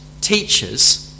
teachers